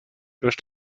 durch